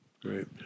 Great